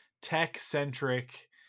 tech-centric